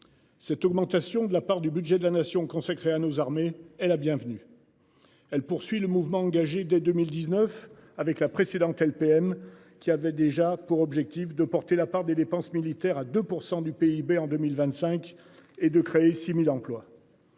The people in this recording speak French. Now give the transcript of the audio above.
Cette augmentation de la part du budget de la nation consacrée à nos armées est la bienvenue. Elle poursuit le mouvement engagé dès 2019 avec la précédente LPM qui avait déjà pour objectif de porter la part des dépenses militaires à 2% du PIB en 2025 et de créer 6000 emplois.